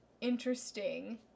interesting